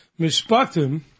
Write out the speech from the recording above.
Mishpatim